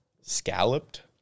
Scalloped